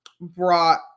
brought